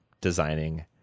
designing